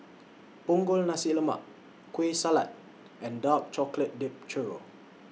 Punggol Nasi Lemak Kueh Salat and Dark Chocolate Dipped Churro